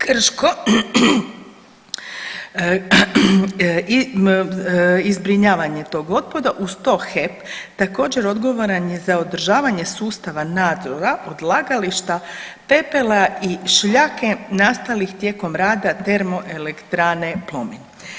Krško i zbrinjavanje tog otpada uz to HEP također odgovoran ja za održavanje sustava nadzora odlagališta pepela i šljake nastalih tijekom rada TE Plomin.